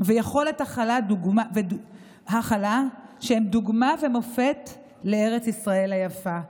ויכולת הכלה, שהן דוגמה ומופת לארץ ישראל היפה.